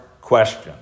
question